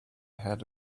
had